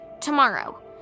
tomorrow